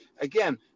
again